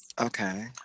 Okay